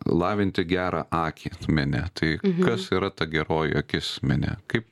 lavinti gerą akį mene tai kas yra ta geroji akis mene kaip